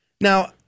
Now